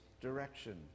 direction